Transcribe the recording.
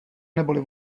neboli